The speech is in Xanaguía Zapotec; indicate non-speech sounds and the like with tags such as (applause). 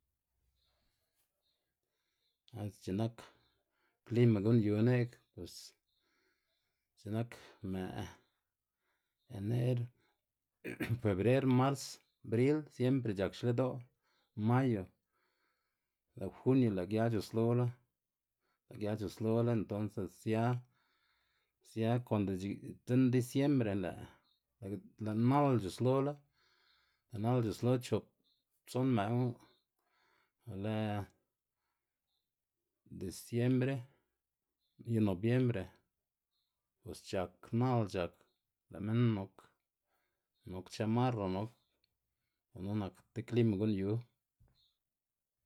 (unintelligible) x̱i'k nak klima gu'n yu ne'g bos x̱i'k nak më' ener (noise) febrer, mars, bril, siempre c̲h̲ak xlë'do', mayo, lë' junio lë' gia c̲h̲uslola, lë' gia c̲h̲uslola entonse sia sia konde (unintelligible) idzinn diciembre lë' (unintelligible) lë' nal c̲h̲uslola lë' nal c̲h̲uslo chop tson mëꞌ knu be lë disiembre y nobiembre bos c̲h̲ak nal c̲h̲ak lë' minn nok chamarra nok gunu nak ti klima gu'n yu.